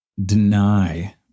Deny